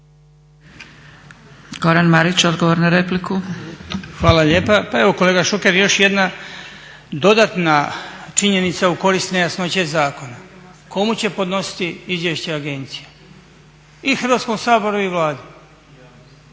**Marić, Goran (HDZ)** Hvala lijepa. Pa evo kolega Šuker još jedna dodatna činjenica u korist nejasnoće zakona, komu će podnositi izvješće agencija? I Hrvatskom saboru i Vladi.